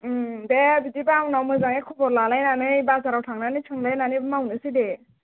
दे बिदिब्ला उनाव मोजाङै खबर लालायनानै बाजाराव थांनानै सोंलायनानै मावनोसै दे